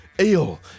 Eel